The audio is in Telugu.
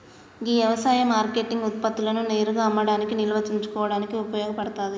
గీ యవసాయ మార్కేటింగ్ ఉత్పత్తులను నేరుగా అమ్మడానికి నిల్వ ఉంచుకోడానికి ఉపయోగ పడతాది